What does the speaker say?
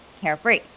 carefree